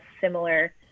similar